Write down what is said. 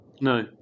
No